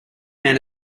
men